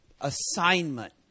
assignment